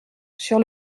sur